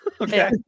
Okay